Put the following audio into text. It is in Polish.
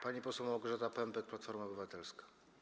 Pani poseł Małgorzata Pępek, Platforma Obywatelska.